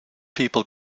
people